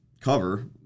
cover